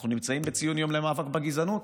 אנחנו נמצאים בציון יום למאבק בגזענות,